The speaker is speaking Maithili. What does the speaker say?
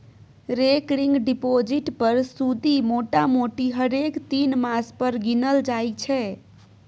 रेकरिंग डिपोजिट पर सुदि मोटामोटी हरेक तीन मास पर गिनल जाइ छै